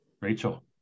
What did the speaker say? Rachel